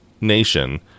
nation